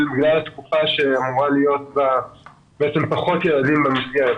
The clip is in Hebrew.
התקופה בה אמורים להיות פחות ילדים במסגרת.